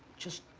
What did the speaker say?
just,